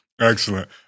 Excellent